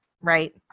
right